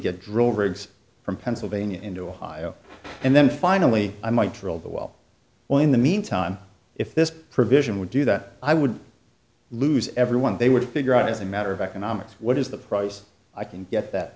get drill rigs from pennsylvania and ohio and then finally i might drill the well well in the meantime if this provision would do that i would lose everyone they would figure out as a matter of economics what is the price i can get that